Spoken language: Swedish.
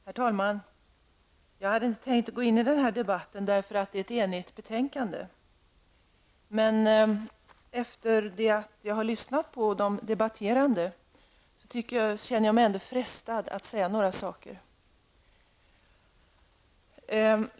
Herr talman! Jag hade inte tänkt att gå in i denna debatt, eftersom utskottets betänkande är enigt. Men efter att ha lyssnat till de debatterande känner jag mig ändå frestad att säga några ord.